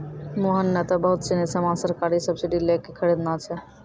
मोहन नं त बहुत सीनी सामान सरकारी सब्सीडी लै क खरीदनॉ छै